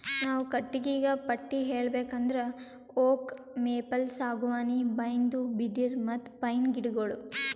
ನಾವ್ ಕಟ್ಟಿಗಿಗಾ ಪಟ್ಟಿ ಹೇಳ್ಬೇಕ್ ಅಂದ್ರ ಓಕ್, ಮೇಪಲ್, ಸಾಗುವಾನಿ, ಬೈನ್ದು, ಬಿದಿರ್, ಮತ್ತ್ ಪೈನ್ ಗಿಡಗೋಳು